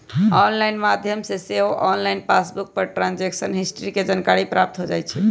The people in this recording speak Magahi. ऑनलाइन माध्यम से सेहो ऑनलाइन पासबुक पर ट्रांजैक्शन हिस्ट्री के जानकारी प्राप्त हो जाइ छइ